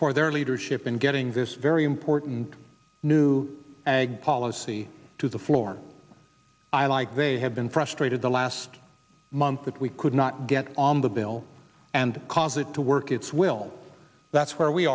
for their leadership in getting this very important new policy to the floor i like they have been frustrated the last month that we could not get on the bill and cause it to work its will that's where we